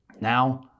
Now